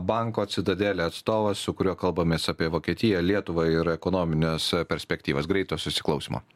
banko citadele atstovas su kuriuo kalbamės apie vokietiją lietuvą ir ekonomines perspektyvas greito susiklausymo